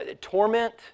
torment